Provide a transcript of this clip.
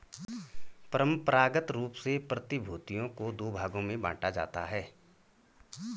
परंपरागत रूप से प्रतिभूतियों को दो भागों में बांटा जाता है